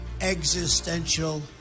existential